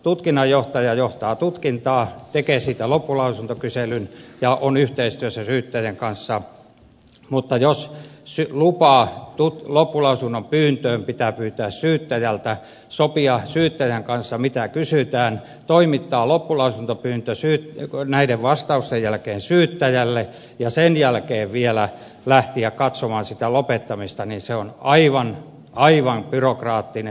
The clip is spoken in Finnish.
tutkinnanjohtaja johtaa tutkintaa tekee siitä loppulausuntokyselyn ja on yhteistyössä syyttäjän kanssa mutta jos lupa loppulausunnon pyyntöön pitää pyytää syyttäjältä sopia syyttäjän kanssa mitä kysytään toimittaa loppulausuntopyyntö näiden vastausten jälkeen syyttäjälle ja sen jälkeen vielä lähteä katsomaan sitä lopettamista niin se on aivan byrokraattista